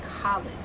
college